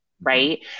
Right